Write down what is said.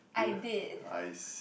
I did